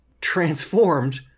transformed